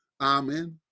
Amen